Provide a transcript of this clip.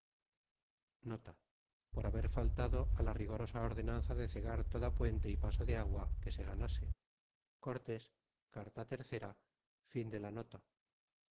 quan por haber faltado á la rigorosa ordenanza de cegar toda puente y paso de agua que se ganase corte's carta iii do